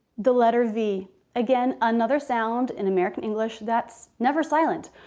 the letter v again another sound in american english that's never silent.